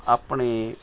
ਆਪਣੇ